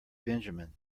benjamin